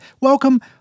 Welcome